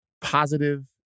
positive